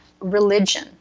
religion